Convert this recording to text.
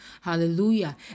Hallelujah